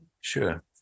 sure